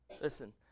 Listen